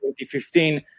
2015